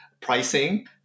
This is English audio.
pricing